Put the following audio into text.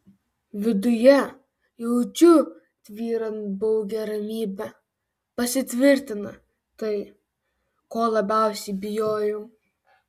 viduje jaučiu tvyrant baugią ramybę pasitvirtina tai ko labiausiai bijojau